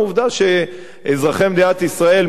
עובדה שאזרחי מדינת ישראל,